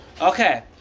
Okay